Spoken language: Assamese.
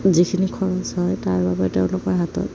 যিখিনি খৰচ হয় তাৰ বাবে তেওঁলোকৰ হাতত